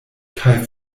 kaj